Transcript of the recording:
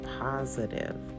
positive